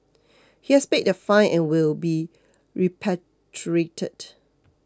he has paid the fine and will be repatriated